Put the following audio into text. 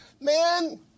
Man